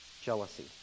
jealousy